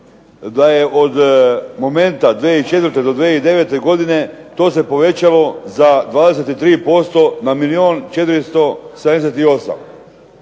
da je od momenta 2004. do 2009. godine to se povećalo za 23% na milijun